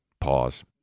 pause